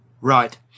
Right